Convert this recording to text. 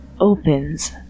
opens